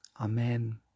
Amen